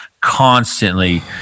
constantly